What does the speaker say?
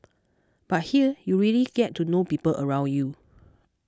but here you really get to know people around you